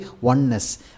Oneness